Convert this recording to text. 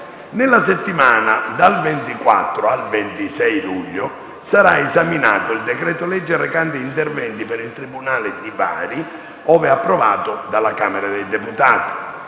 Nella settimana dal 24 al 26 luglio sarà esaminato il decreto-legge recante interventi per il tribunale di Bari, ove approvato dalla Camera dei deputati.